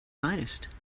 finest